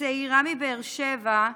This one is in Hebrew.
צעירה מבאר שבע,